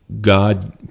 God